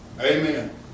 Amen